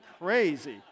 crazy